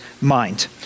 mind